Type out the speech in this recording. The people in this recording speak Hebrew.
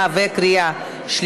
66